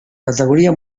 categoria